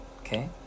okay